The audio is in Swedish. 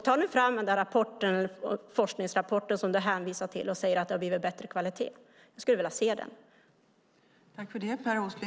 Ta nu fram den där forskningsrapporten som du hänvisar till som säger att det har blivit bättre kvalitet. Jag skulle vilja se den.